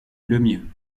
lemieux